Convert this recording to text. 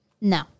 no